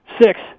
Six